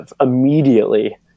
immediately